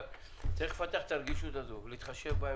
אבל צריך לפתח את הרגישות הזו ולהתחשב בהם